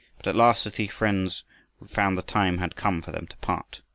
but at last the three friends found the time had come for them to part.